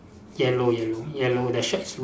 yellow yellow yellow the shirt is red